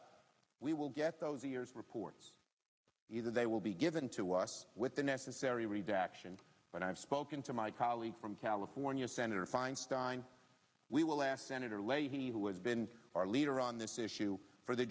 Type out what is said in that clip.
it we will get those ears reports either they will be given to us with the necessary redaction but i've spoken to my colleague from california senator feinstein we will ask senator leahy who has been our leader on this issue for the